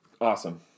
Awesome